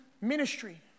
ministry